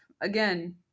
again